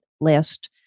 last